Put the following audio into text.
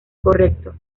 correcto